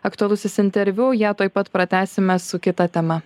aktualusis interviu ją tuoj pat pratęsime su kita tema